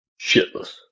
shitless